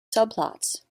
subplots